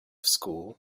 school